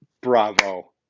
bravo